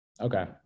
okay